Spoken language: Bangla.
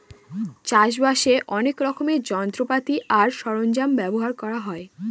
চাষ বাসে অনেক রকমের যন্ত্রপাতি আর সরঞ্জাম ব্যবহার করা হয়